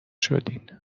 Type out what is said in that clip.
شدین